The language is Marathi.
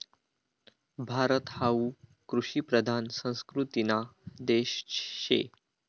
भारत हावू कृषिप्रधान संस्कृतीना देश शे